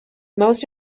most